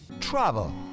Travel